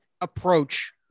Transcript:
approach